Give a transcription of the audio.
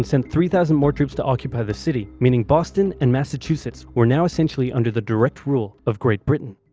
sent three thousand more troops to occupy the city. meaning boston and massachusetts were now essentially under the direct rule of great britain.